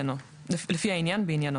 לפי סעיף קטן (ד),